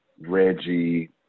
Reggie